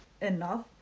enough